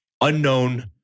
unknown